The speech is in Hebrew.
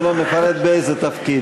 ולא נפרט באיזה תפקיד.